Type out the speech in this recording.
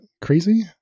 crazy